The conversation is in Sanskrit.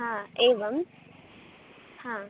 हा एवं हा